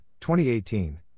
2018